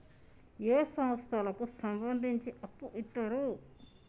ఏ సంస్థలకు సంబంధించి అప్పు ఇత్తరు?